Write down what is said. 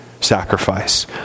sacrifice